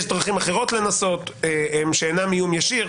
יש דרכים אחרות לנסות שאינן איום ישיר.